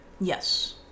Yes